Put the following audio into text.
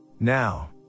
Now